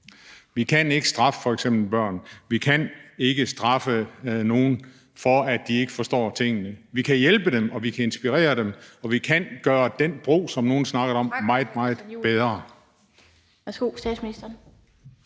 Vi kan ikke straffe f.eks. børn. Vi kan ikke straffe nogen for, at de ikke forstår tingene. Vi kan hjælpe dem, og vi kan inspirere dem, og vi kan gøre den bro, som nogle snakker om, meget, meget bedre.